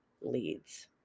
leads